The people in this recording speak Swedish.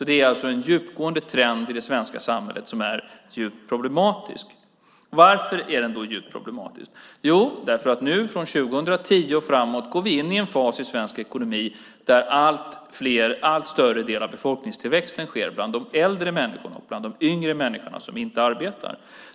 Det är alltså en djupgående trend i det svenska samhället som är djupt problematisk. Varför är den då djupt problematisk? Jo, för att nu från 2010 och framåt går vi in i en fas i svensk ekonomi där en allt större del av befolkningstillväxten sker bland de äldre och yngre människorna som inte arbetar.